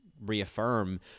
reaffirm